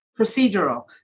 procedural